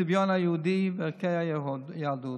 הצביון היהודי וערכי היהדות.